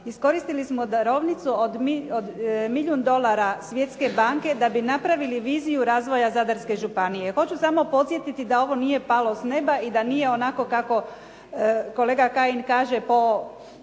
iskoristili smo darovnicu od milijun dolara Svjetske banke da bi napravili viziju razvoja Zadarske županije. Hoću samo podsjetiti da ovo nije palo s neba i da nije onako kako kolega Kajin kaže,